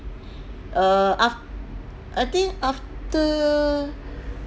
err aft~ I think I after